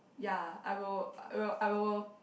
ya I will I will I will